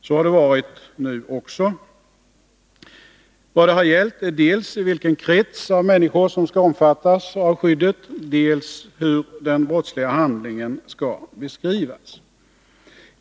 Så har det varit nu också. Vad det har gällt är dels vilken krets av människor som skall omfattas av skyddet, dels hur den brottsliga handlingen skall beskrivas.